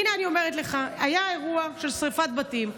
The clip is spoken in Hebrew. הינה, אני אומרת לך: היה אירוע של שרפת בתים.